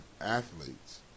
athletes